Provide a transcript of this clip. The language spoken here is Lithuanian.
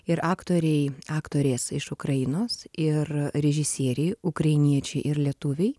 ir aktoriai aktorės iš ukrainos ir režisieriai ukrainiečiai ir lietuviai